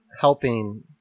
helping